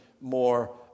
more